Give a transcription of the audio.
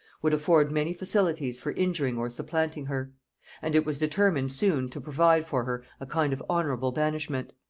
would afford many facilities for injuring or supplanting her and it was determined soon to provide for her a kind of honorable banishment.